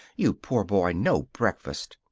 you poor boy. no breakfast!